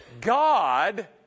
God